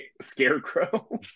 Scarecrow